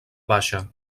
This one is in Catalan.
baixa